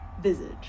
visage